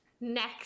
next